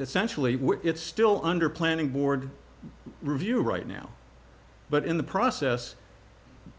essentially it's still under planning board review right now but in the process